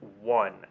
one